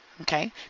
okay